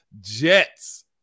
Jets